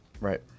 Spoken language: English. Right